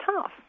tough